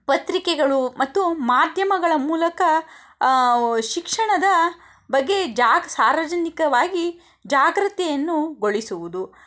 ಪತ್ರಿಕೆಗಳು ಮತ್ತು ಮಾದ್ಯಮಗಳ ಮೂಲಕ ಶಿಕ್ಷಣದ ಬಗ್ಗೆ ಜಾಗ್ ಸಾರ್ವಜನಿಕವಾಗಿ ಜಾಗೃತಿಯನ್ನು ಗೊಳಿಸುವುದು